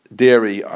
dairy